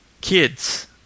...kids